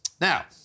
Now